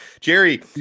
jerry